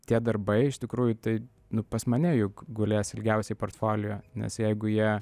tie darbai iš tikrųjų tai nu pas mane juk gulės ilgiausiai portfolio nes jeigu jie